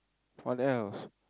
what else